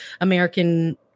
American